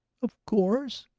of course.